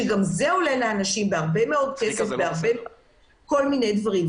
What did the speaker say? גם דבר זה עולה לאנשים בהרבה מאוד כסף ומחירים נוספים.